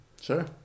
Sure